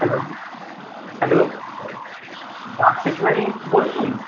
hello hello Das stationery বলছেন